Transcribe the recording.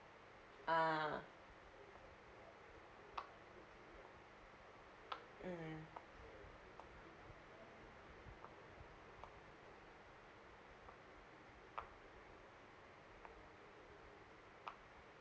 ah mm